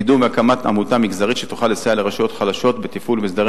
קידום הקמת עמותה מגזרית שתוכל לסייע לרשויות חלשות בתפעול ובהסדרי